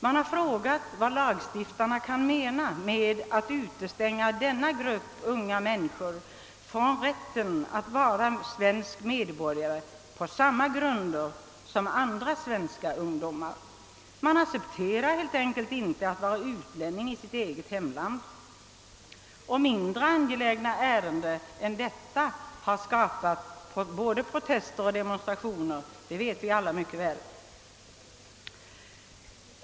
Man har frågat vad lagstiftarna kan mena med att utestänga denna grupp unga människor från rätten att vara svenska medborgare på samma grunder som andra svenska ungdomar — man accepterar helt enkelt inte att vara utlänning i sitt eget hemland. Mindre angelägna ärenden än detta har föranlett både protester och demonstrationer, det vet vi alla mycket väl.